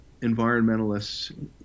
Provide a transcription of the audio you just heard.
environmentalists